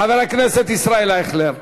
חבר הכנסת ישראל אייכלר.